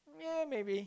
ya maybe